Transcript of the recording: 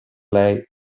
lei